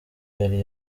yari